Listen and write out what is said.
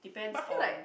but feel like